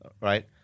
Right